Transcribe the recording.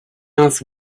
house